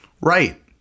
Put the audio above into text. Right